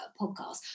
podcast